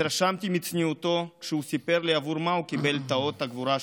התרשמתי מצניעותו כשהוא סיפר לי עבור מה הוא קיבל את אות הגבורה שלו.